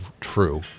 true